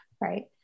right